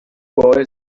boy